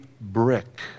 brick